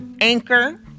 Anchor